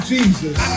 Jesus